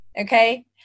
Okay